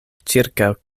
ĉirkaŭ